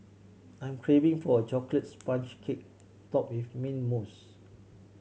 I am craving for a chocolate sponge cake top with mint mousse